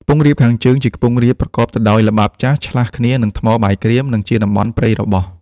ខ្ពង់រាបខាងជើង ជាខ្ពង់រាបប្រកបទៅដោយល្បាប់ចាស់ ឆ្លាស់គ្នានឹងថ្មបាយក្រៀម និងជាតំបន់ព្រៃរបោះ ។